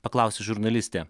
paklausė žurnalistė